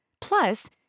Plus